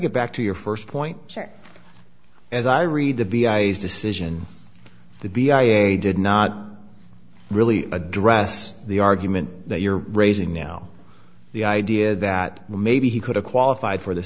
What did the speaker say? go back to your first point church as i read the b i's decision to be i did not really address the argument that you're raising now the idea that maybe he could have qualified for the